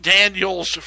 Daniels